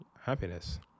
happiness